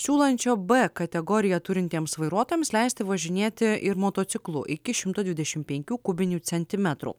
siūlančio b kategoriją turintiems vairuotojams leisti važinėti ir motociklu iki šimto dvidešimt penkių kubinių centimetrų